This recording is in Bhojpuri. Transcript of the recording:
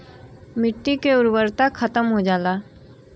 मट्टी के उर्वरता खतम हो जाला